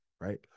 right